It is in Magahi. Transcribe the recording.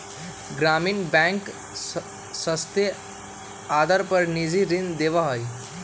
ग्रामीण बैंक सस्ते आदर पर निजी ऋण देवा हई